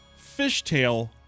fishtail